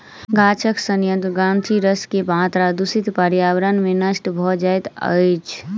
गाछक सयंत्र ग्रंथिरस के मात्रा दूषित पर्यावरण में नष्ट भ जाइत अछि